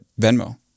Venmo